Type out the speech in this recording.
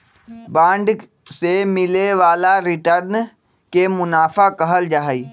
bond से मिले वाला रिटर्न के मुनाफा कहल जाहई